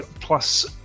plus